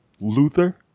Luther